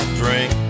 drink